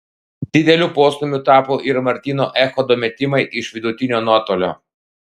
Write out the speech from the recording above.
dideliu postūmiu tapo ir martyno echodo metimai iš vidutinio nuotolio